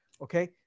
Okay